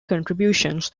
contributions